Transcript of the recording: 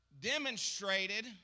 demonstrated